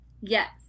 Yes